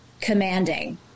commanding